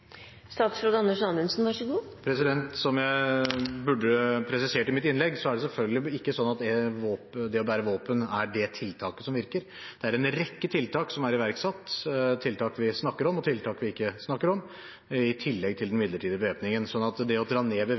Som jeg burde presisert i mitt innlegg, er det selvfølgelig ikke sånn at det å bære våpen er det tiltaket som virker. Det er en rekke tiltak som er iverksatt. Det er tiltak vi snakker om, og tiltak vi ikke snakker om, i tillegg til den midlertidige bevæpningen. Det å dra ned bevæpningen betyr ikke det samme som at vi